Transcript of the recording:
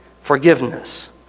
forgiveness